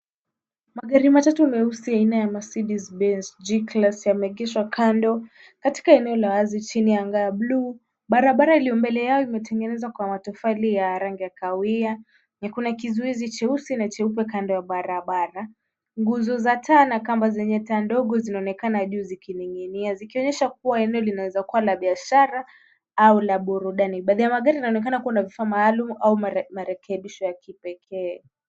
Magari matatu meusi ya aina ya Mercedes Benz G class, yameegeshwa kando katika eneo la wazi chini ya anga ya bluu. Barabara iliyo mbele yao imetengenezwa kwa matofali ya rangi ya kahawia na kuna kizuizi cheusi na cheupe kando ya barabara. Nguzo za taa na kamba zenye taa ndogo zinaonekana juu zikining'inia zikionyesha kuwa eneo linaweza kuwa la biashara au la burudani. Baadhi ya magari inaonekana kuwa na vifaa maalum au marekebisho ya kipekee.